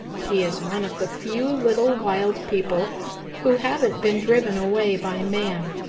he is one of the few little wild people who haven't been driven away by man,